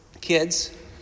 Kids